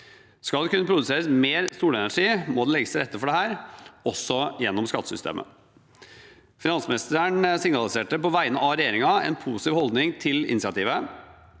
Skal det kunne produseres mer solenergi, må det legges til rette for dette, også gjennom skattesystemet. Finansministeren signaliserte på vegne av regjeringen en positiv holdning til initiativet.